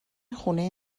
خونه